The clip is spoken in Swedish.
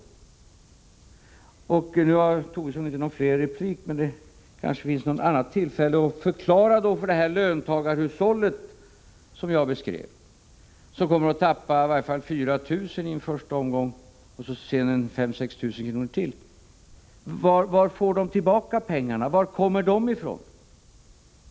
Tobisson har inte tillfälle att begära replik nu, men det kanske blir något annat tillfälle för honom att förklara för löntagarhushållet som jag beskrev — och som kommer att tappai varje fall 4 000 kr. i en första omgång och sedan 5 000-6 000 kr. till — var man skall få tillbaka pengarna. Varifrån kommer pengarna?